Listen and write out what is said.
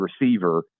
receiver